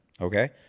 Okay